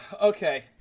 Okay